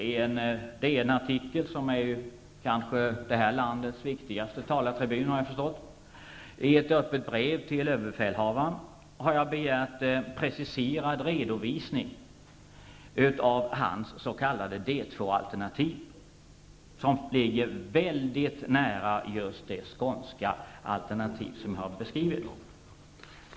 I en artikel i DN -- som kanske är landets viktigaste talartribun, har jag förstått -- har jag i form av ett öppet brev till överbefälhavaren begärt en preciserad redovisning av hans s.k. D2-alternativ, som ligger väldigt nära just det skånska alternativ som jag har beskrivit.